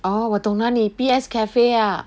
orh 我懂哪里 P_S cafe ah